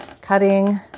cutting